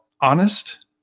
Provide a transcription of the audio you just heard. honest